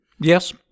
Yes